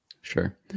Sure